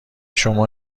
شما